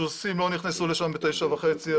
הסוסים לא נכנסו לשם בתשע וחצי,